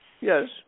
Yes